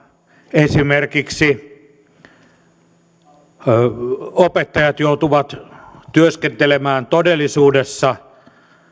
esimerkiksi opettajat joutuvat työskentelemään todellisuudessa